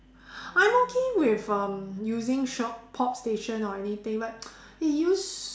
I'm okay with um using shock pop station or anything but they use